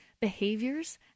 behaviors